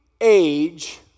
age